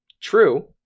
True